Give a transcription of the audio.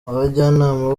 abajyanama